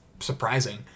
surprising